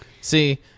See